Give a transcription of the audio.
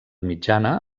mitjana